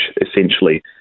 essentially